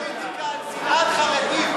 פוליטיקה עם שנאת חרדים.